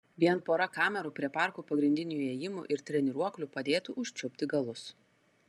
vien pora kamerų prie parkų pagrindinių įėjimų ir treniruoklių padėtų užčiupti galus